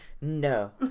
No